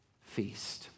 feast